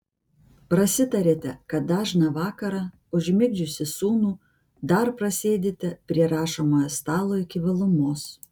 prasitarėte kad dažną vakarą užmigdžiusi sūnų dar prasėdite prie rašomojo stalo iki vėlumos